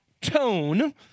tone